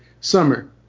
summer